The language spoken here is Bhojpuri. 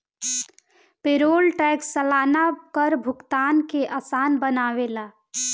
पेरोल टैक्स सलाना कर भुगतान के आसान बनावेला